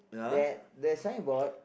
that the signboard